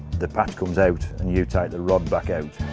the patch comes out and you take the rod back out,